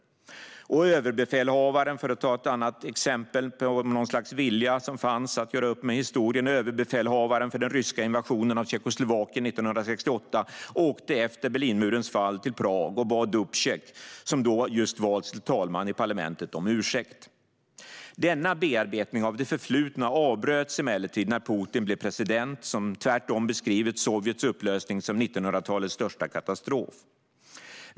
För att ta ett annat exempel på att det fanns något slags vilja att göra upp med historien: Överbefälhavaren för den ryska invasionen av Tjeckoslovakien 1968 åkte efter Berlinmurens fall till Prag och bad Dubcek, som då just valts till talman i parlamentet, om ursäkt. Denna bearbetning av det förflutna avbröts emellertid när Putin blev president. Han har tvärtom beskrivit Sovjets upplösning som 1900-talets största katastrof.